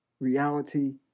reality